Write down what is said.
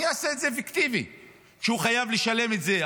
מי יעשה את זה פיקטיבי כשהוא חייב לשלם את זה,